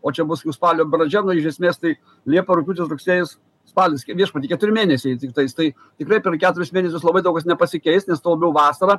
o čia bus jau spalio pradžia iš esmės tai liepa rugpjūtis rugsėjis spalis viešpatie keturi mėnesiai tiktais tai tikrai per keturis mėnesius labai daug kas nepasikeis nes tuo labiau vasara